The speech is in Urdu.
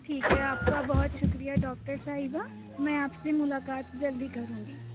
ٹھیک ہے آپ کا بہت شُکریہ ڈاکٹر صاحبہ میں آپ سے ملاقات جلدی کروں گی